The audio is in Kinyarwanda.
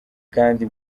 kandi